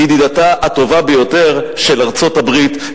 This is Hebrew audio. ידידתה הטובה ביותר של ארצות-הברית,